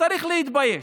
צריך להתבייש.